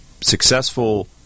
successful